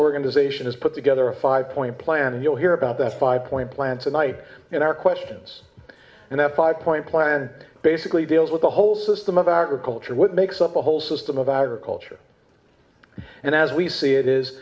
organisation is put together a five point plan you'll hear about that five point plan tonight in our questions and that five point plan basically deals with the whole system of agriculture what makes up the whole system of agriculture and as we see it is